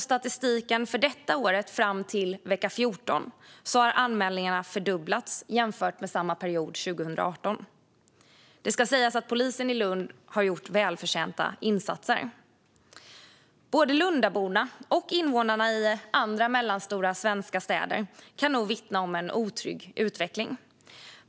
Statistiken för detta år fram till vecka 14 visar att anmälningarna fördubblats jämfört med samma period 2018. Det ska sägas att polisen i Lund har gjort förtjänstfulla insatser. Båda Lundaborna och invånarna i andra mellanstora svenska städer kan vittna om en otrygg utveckling.